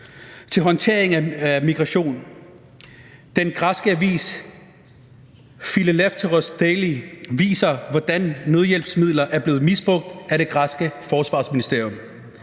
til håndtering af migration. Den græske avis Phileleftheros Daily viser, hvordan nødhjælpsmidler er blevet misbrugt af det græske forsvarsministerium.